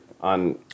on